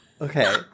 Okay